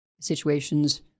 situations